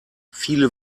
viele